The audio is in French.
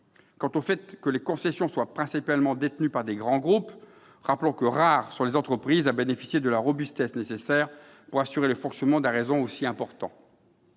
Quant au fait que les concessions soient principalement détenues par de grands groupes, rappelons que rares sont les entreprises bénéficiant de la robustesse nécessaire pour assurer le fonctionnement d'un réseau aussi important.